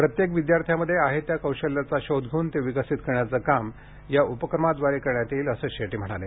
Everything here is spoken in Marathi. प्रत्येक विद्यार्थ्यांमध्ये आहे त्या कौशल्याचा शोध घेऊन ते विकसित करण्याचे काम या उपक्रमाव्दारे करण्यात येईल असे शेटे म्हणाले